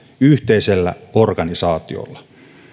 yhteisellä organisaatiolla